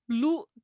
Blue